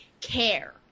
care